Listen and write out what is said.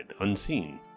unseen